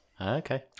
Okay